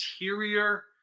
interior